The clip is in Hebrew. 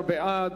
אין,